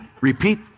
repeat